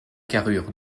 carrure